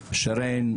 שרן,